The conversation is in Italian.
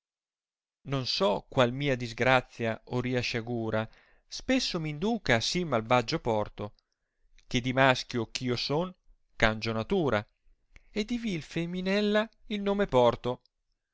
non so qual mia disgrazia o ria sciagura spesso m induca a si malvaggio porto che di maschio eh io son cangio natura e di vil feminella il nome porto